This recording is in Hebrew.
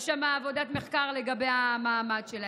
יש שם עבודת מחקר לגבי המעמד שלהם.